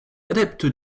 adepte